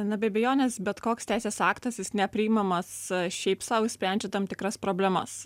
na be abejonės bet koks teisės aktas jis nepriimamas šiaip sau išsprendžia tam tikras problemas